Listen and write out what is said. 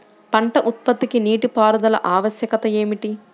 పంట ఉత్పత్తికి నీటిపారుదల ఆవశ్యకత ఏమిటీ?